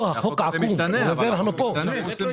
לכן אנחנו פה.